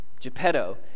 Geppetto